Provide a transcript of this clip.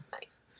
nice